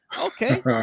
okay